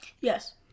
Yes